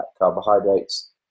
carbohydrates